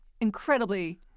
incredibly